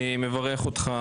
אני מברך אותך,